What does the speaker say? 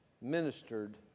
ministered